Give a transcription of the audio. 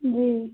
جی